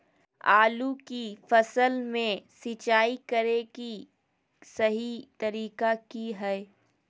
आलू की फसल में सिंचाई करें कि सही तरीका की हय?